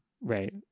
Right